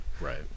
Right